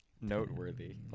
Noteworthy